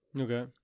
Okay